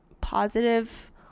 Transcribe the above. positive